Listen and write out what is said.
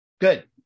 Good